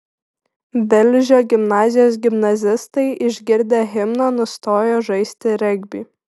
velžio gimnazijos gimnazistai išgirdę himną nustojo žaisti regbį